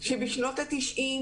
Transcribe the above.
בשנות ה-90,